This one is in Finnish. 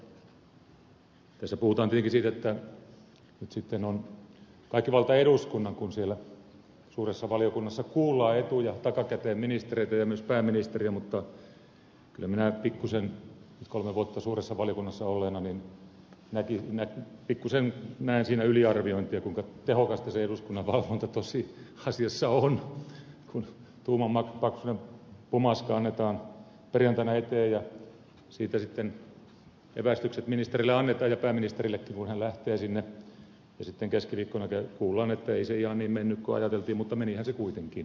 tässä puhutaan tietenkin siitä että sitten on kaikki valta eduskunnan kun siellä suuressa valiokunnassa kuullaan etu ja takakäteen ministereitä ja myös pääministeriä mutta kyllä minä kolme vuotta suuressa valiokunnassa olleena pikkuisen näen siinä yliarviointia kuinka tehokasta se eduskunnan valvonta tosiasiassa on kun tuuman paksuinen pumaska annetaan perjantaina eteen ja siitä sitten evästykset ministerille annetaan ja pääministerillekin kun hän lähtee sinne ja sitten keskiviikkona kuullaan että ei se ihan niin mennyt kun ajateltiin mutta menihän se kuitenkin